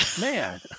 Man